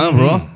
Bro